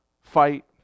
fight